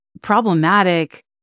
problematic